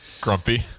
Grumpy